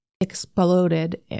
exploded